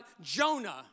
Jonah